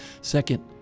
Second